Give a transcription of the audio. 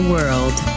world